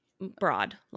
Broad